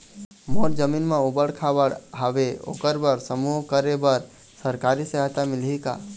मोर जमीन म ऊबड़ खाबड़ हावे ओकर बर समूह करे बर सरकारी सहायता मिलही का?